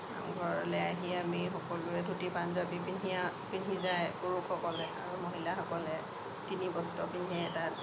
নামঘৰলৈ আহি আমি সকলোৱে ধূতি পাঞ্জাৱী পিন্ধি পিন্ধি যায় পুৰুষসকলে আৰু মহিলাসকলে তিনি বস্ত্ৰ পিন্ধে তাত